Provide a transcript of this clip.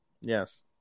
yes